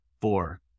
four